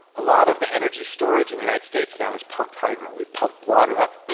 a lot of the energy storage in the united states now is pumped hydro. we pump water up